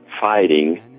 fighting